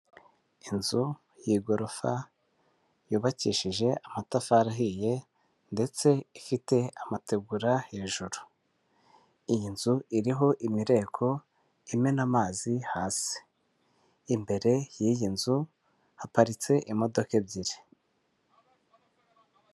Inzu y'igorofa yubakishije amatafari ahiye ndetse ifite amategura hejuru. Iyi nzu iriho imireko imena amazi hasi; imbere y'iyi nzu haparitse imodoka ebyiri.